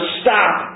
stop